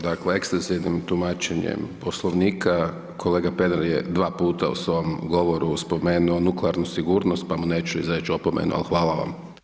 Dakle, ekscesivnim tumačenjem Poslovnika, kolega Pernar je dva puta u svom govoru spomenuo nuklearnu sigurnost, pa mu neću izreći opomenu, al, hvala vam.